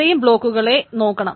അത്രയും ബ്ളാക്കുകളെ നോക്കണം